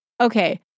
Okay